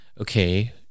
okay